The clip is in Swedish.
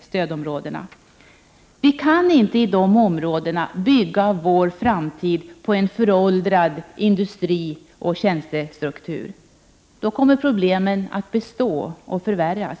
stödområdena. Vi kan inte i de områdena bygga vår framtid på en föråldrad industrioch tjänstestruktur. Då kommer problemen att bestå och förvärras.